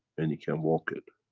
and you can walk it.